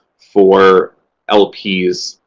for lps.